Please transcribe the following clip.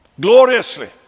gloriously